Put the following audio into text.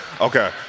okay